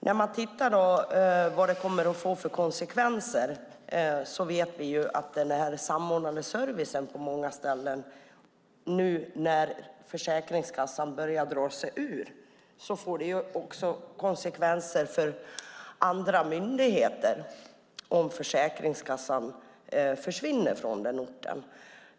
När det gäller vad detta kommer att få för konsekvenser nu när Försäkringskassan börjar dra sig ur på många ställen vet vi att det får konsekvenser för andra myndigheter och den samordnade servicen om Försäkringskassan försvinner från orten.